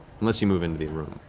unless you move into the room.